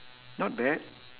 not bad